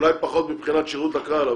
אולי פחות מבחינת שרות לקהל,